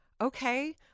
Okay